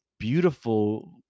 Beautiful